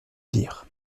dire